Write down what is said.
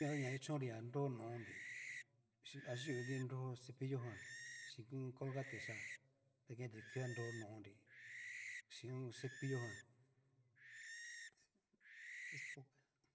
Ña jan ta kuchon nri ña nro nó'nri, ayu ayunri nro cepillo jan xhín olgate xía ke tikuii ta nro nonri, chín cepillo jan es poca.